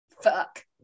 fuck